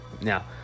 Now